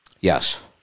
Yes